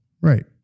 Right